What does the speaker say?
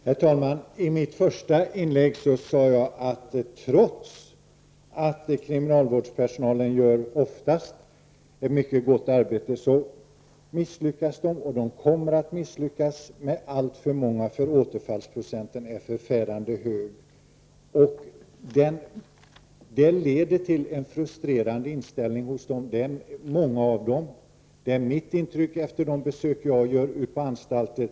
Herr talman! I mitt första inlägg sade jag att trots att kriminalvårdspersonalen oftast gör ett mycket gott arbete misslyckas de och de kommer att misslyckas med alltför många, för återfallsprocenten är förfärande hög. Det leder till en frustrerande inställning hos många av dem. Det är mitt intryck efter de besök jag har gjort ute på anstalter.